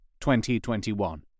2021